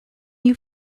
you